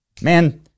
Man